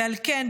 ועל כן,